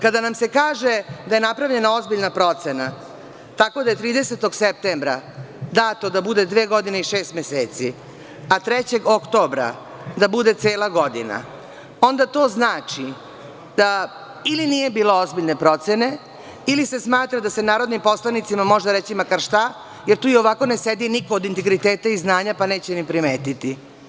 Kada nam se kaže da je napravljena ozbiljna procena tako da je 30. septembra dato da bude dve godine i šest meseci, a 3. oktobra da bude cela godina, onda to znači da ili nije bilo ozbiljne procene, ili da se smatra da se narodnim poslanicima može reći makar šta, jer tu ionako ne sedi niko od integriteta i znanja pa neće ni primetiti.